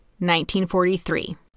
1943